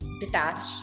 detach